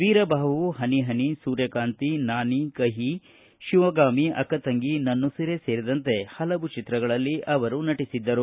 ವೀರಬಾಹು ಹನಿ ಹನಿ ಸೂರ್ಯಕಾಂತಿ ನಾನಿ ಕಹಿ ಶಿವಗಾಮಿ ಅಕ್ಕ ತಂಗಿ ನನ್ನುಸಿರೇ ಸೇರಿದಂತೆ ಹಲವು ಚಿತ್ರಗಳಲ್ಲಿ ಅವರು ನಟಿಸಿದ್ದರು